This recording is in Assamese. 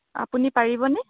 আপুনি পাৰিবনে